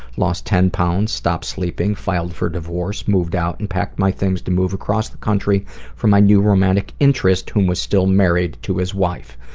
lost ten pounds. stopped sleeping. filed for divorce. moved out and packed my things to move across the country for my new romantic interest, who um was still married to his wife.